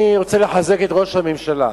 אני רוצה לחזק את ראש הממשלה,